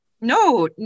No